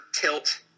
tilt